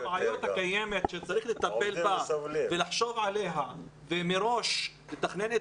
זה חלק מהבעייתיות הקיימת שצריך לטפל בה ולחשוב עליה ומראש לתכנן את